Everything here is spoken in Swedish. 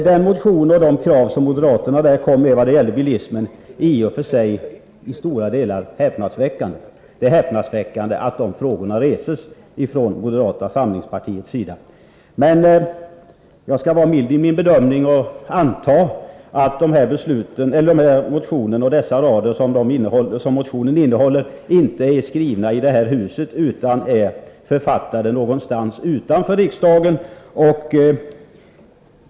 De motionskrav som moderaterna framfört när det gäller bilismen är i stora delar häpnadsväckande — det är förvånande att de frågorna reses från moderata samlingspartiets sida. Men jag skall vara mild i min bedömning och anta att motionens innehåll inte är skrivet i det här huset utan är författat någonstans utanför riksdagen.